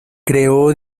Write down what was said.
creó